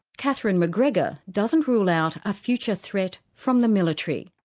katherine mcgregor doesn't rule out a future threat from the military.